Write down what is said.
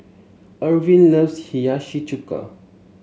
Ervin loves Hiyashi Chuka